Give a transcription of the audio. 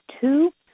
two